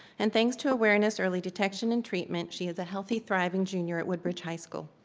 and thanks to awareness, early detection, and treatment, she is a healthy, thriving junior at woodbridge high school.